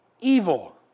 evil